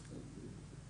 זה,